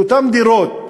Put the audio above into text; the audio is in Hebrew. שאותן דירות,